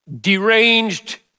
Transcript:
deranged